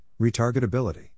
retargetability